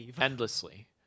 endlessly